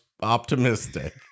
optimistic